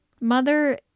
mother